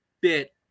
bit